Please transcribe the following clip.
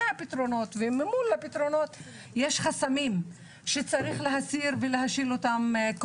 הפתרונות ומול הפתרונות יש חסמים שצריך קודם להסיר אותם.